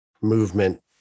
movement